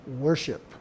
Worship